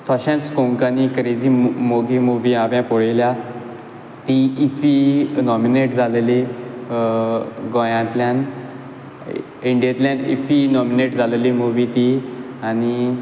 तशेंच कोंकणी क्रेजी मोगी मुवी हांवें पळयल्या ती इफ्फी नोमिनेट जालेली गोंयांतल्यान इंडियेंतल्यान इफ्फी नोमिनेट जालेली मुवी ती आनी